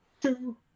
two